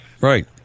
Right